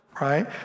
right